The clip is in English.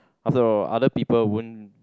after all other people won't